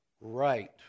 Right